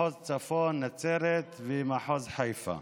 מחוז צפון נצרת ומחוז חיפה.